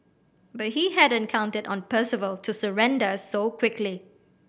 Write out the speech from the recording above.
but he hadn't counted on Percival to surrender so quickly